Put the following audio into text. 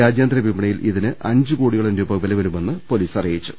രാജ്യാന്തര വിപണിയിൽ ഇതിന് അഞ്ചുകോടിയോളം രൂപ വില വരുമെന്ന് പൊലീസ് അറിയിച്ചു